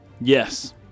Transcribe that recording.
Yes